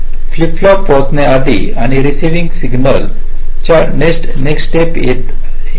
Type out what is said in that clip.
flip flop पोहोचण्याआधी आणि receive क्लॉकचा नेक्स्ट स्टेप येथे येते